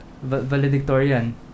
Valedictorian